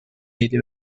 گلی